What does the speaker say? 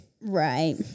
Right